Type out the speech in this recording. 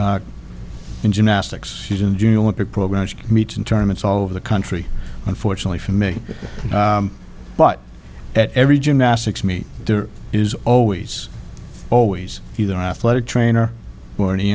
s in gymnastics she's in june olympic program meets in tournaments all over the country unfortunately for me but at every gymnastics meet there is always always either an athletic trainer or an